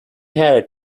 had